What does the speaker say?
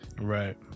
right